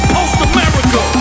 Post-America